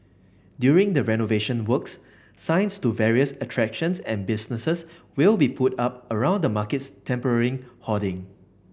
during the renovation works signs to various attractions and businesses will be put up around the market's temporary hoarding